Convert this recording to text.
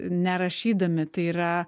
nerašydami tai yra